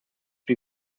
bin